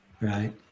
right